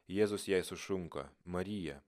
jėzus jai sušunka marija